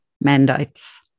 mandates